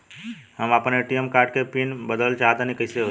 हम आपन ATM card के पीन बदलल चाहऽ तनि कइसे होई?